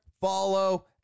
follow